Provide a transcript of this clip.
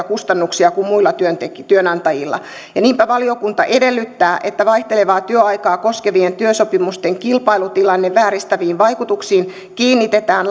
kustannuksia kuin muilla työnantajilla niinpä valiokunta edellyttää että vaihtelevaa työaikaa koskevien työsopimusten kilpailutilannetta vääristäviin vaikutuksiin kiinnitetään